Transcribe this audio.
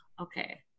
okay